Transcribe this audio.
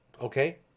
Okay